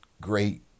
great